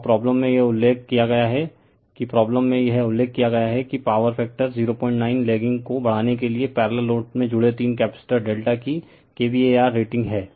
तो अब प्रॉब्लम में यह उल्लेख किया गया है कि प्रॉब्लम में यह उल्लेख किया गया है कि पॉवर फैक्टर 09 लैगिंग को बढ़ाने के लिए पैरेलल लोड में जुड़े तीन कैपेसिटर डेल्टा की kVAr रेटिंग है